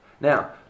Now